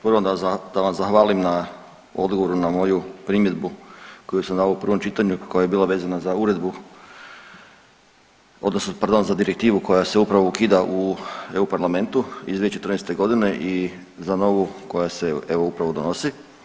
Prvo da vam zahvalim na odgovoru na moju primjedbu koju sam dao u prvom čitanju koja je bila vezana za uredbu, odnosno pardon za direktivu koja se upravo ukida u EU parlamentu iz 2014. godine i za novu koja se evo upravo donosi.